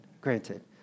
Granted